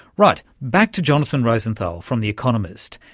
right, back to jonathan rosenthal from the economist,